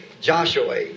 Joshua